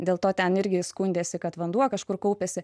dėl to ten irgi skundėsi kad vanduo kažkur kaupiasi